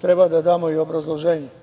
treba da damo i obrazloženje.